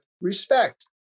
respect